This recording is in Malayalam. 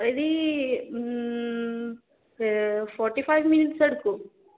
ഒരു ഫോർട്ടി ഫൈവ് മിനുറ്റ്സെടുക്കും